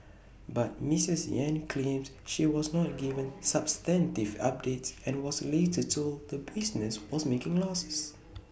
but miss Yen claims she was not given substantive updates and was later told the business was making losses